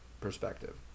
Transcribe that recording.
perspective